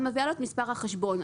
את נותנת לו את מספר החשבון,